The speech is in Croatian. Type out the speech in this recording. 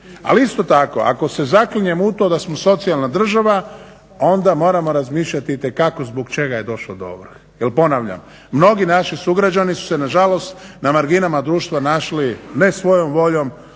ali isto tako ako se zaklinjem u to da smo socijalna država onda moramo razmišljat itekako zbog čega je došlo do ovrhe. Jer ponavljam, mnogi naši sugrađani su se nažalost na marginama društva našli ne svojom voljom